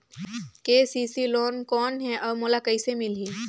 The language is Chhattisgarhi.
के.सी.सी लोन कौन हे अउ मोला कइसे मिलही?